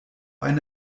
eine